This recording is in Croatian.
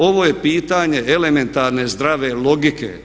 Ovo je pitanje elementarne zdrave logike.